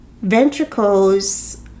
Ventricles